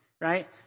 right